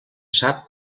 sap